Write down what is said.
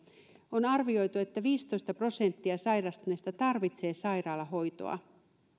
on arvioitu että viisitoista prosenttia sairastuneista tarvitsee sairaalahoitoa